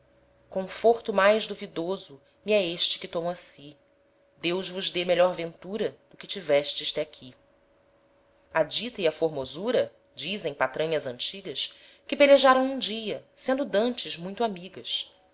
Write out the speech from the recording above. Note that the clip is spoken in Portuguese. conforto mais duvidoso me é este que tomo assi deus vos dê melhor ventura do que tivestes té aqui a dita e a formosura dizem patranhas antigas que pelejaram um dia sendo d'antes muito amigas